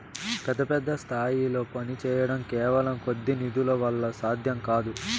పెద్ద పెద్ద స్థాయిల్లో పనిచేయడం కేవలం కొద్ది నిధుల వల్ల సాధ్యం కాదు